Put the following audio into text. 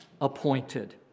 appointed